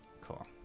Cool